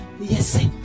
Yes